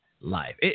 life